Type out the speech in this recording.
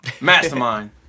Mastermind